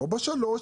לא בשלוש,